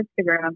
Instagram